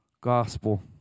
gospel